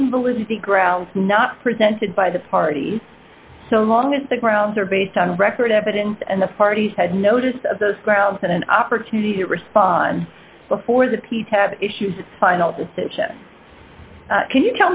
invalid the grounds not presented by the parties so long as the grounds are based on record evidence and the parties had notice of those grounds and an opportunity to respond before the p tab issued final decision can you